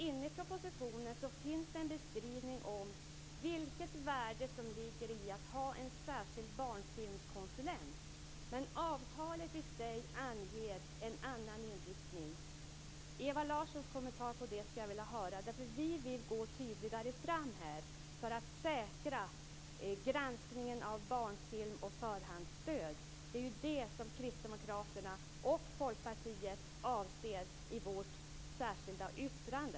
Inne i propositionen finns det en beskrivning av vilket värde som ligger i att ha en särskild barnfilmskonsulent. Men avtalet i sig anger en annan inriktning. Ewa Larssons kommentar till det skulle jag vilja höra, därför att vi vill gå tydligare fram här för att säkra granskningen av barnfilm och förhandsstöd. Det är det som Kristdemokraterna och Folkpartiet avser i vårt särskilda yttrande.